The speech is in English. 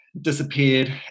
disappeared